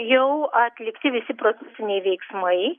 jau atlikti visi procesiniai veiksmai